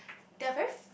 there're very f~